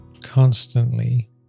constantly